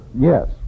Yes